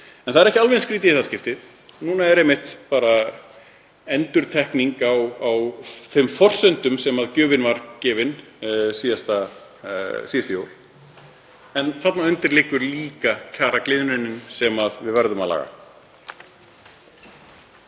En það er ekki alveg eins skrýtið í þetta skiptið. Núna er bara endurtekning á þeim forsendum sem gjöfin var gefin síðustu jól. En þarna undir liggur líka kjaragliðnunin sem við verðum að laga.